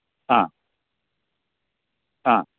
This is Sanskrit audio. आ आ